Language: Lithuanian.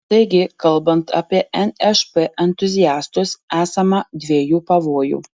taigi kalbant apie nšp entuziastus esama dviejų pavojų